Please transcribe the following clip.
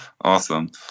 awesome